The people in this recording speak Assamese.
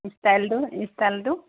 ইষ্টাইলটো ইষ্টাইলটো